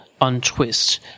untwist